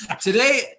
Today